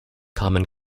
common